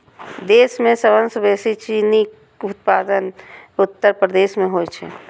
देश मे सबसं बेसी चीनीक उत्पादन उत्तर प्रदेश मे होइ छै